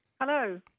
Hello